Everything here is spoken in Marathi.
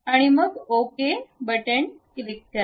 आणि मग ओके क्लिक करा